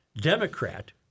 Democrat